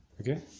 Okay